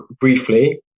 briefly